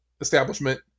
establishment